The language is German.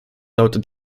lautet